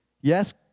yes